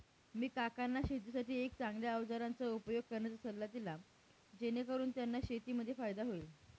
मी काकांना शेतीसाठी एक चांगल्या अवजारांचा उपयोग करण्याचा सल्ला दिला, जेणेकरून त्यांना शेतीमध्ये फायदा होईल